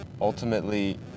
Ultimately